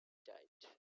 died